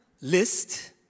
list